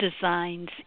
designs